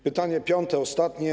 Pytanie piąte, ostatnie.